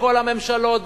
בכל הממשלות,